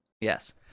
Yes